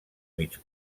mig